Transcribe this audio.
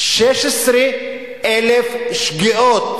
16,000 שגיאות.